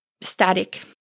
static